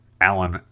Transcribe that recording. Alan